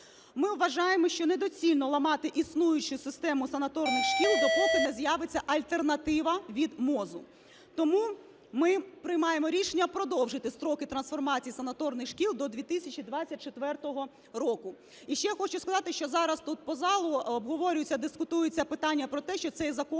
ми вважаємо, що недоцільно ламати існуючу систему санаторних шкіл, допоки не з'явиться альтернатива від МОЗу. Тому ми приймаємо рішення продовжити строки трансформації санаторних шкіл до 2024 року. І ще я хочу сказати, що зараз тут по залу обговорюються, дискутуються питання про те, що цей закон